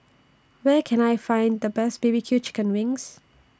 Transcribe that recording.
Where Can I Find The Best B B Q Chicken Wings